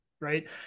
right